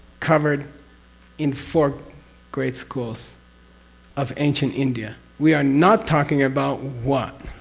covered in four great schools of ancient india. we are not talking about what?